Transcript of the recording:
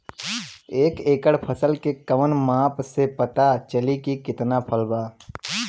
एक एकड़ फसल के कवन माप से पता चली की कितना फल बा?